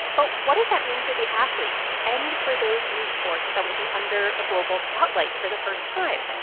but what does that mean for the athletes and for those new sports that will be under a global spotlight for the first time?